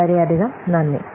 വളരെയധികം നന്ദി